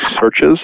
searches